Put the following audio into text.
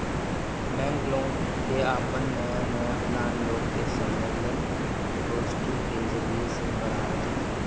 bank लोग के आपन नया नया प्लान लोग के सम्मलेन, गोष्ठी के जरिया से बतावत हवे